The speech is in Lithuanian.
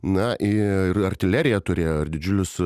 na ir artilerija turėjo ir didžiulius